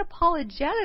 unapologetically